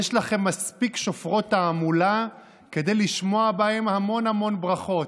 יש לכם מספיק שופרות תעמולה כדי לשמוע בהם המון המון ברכות.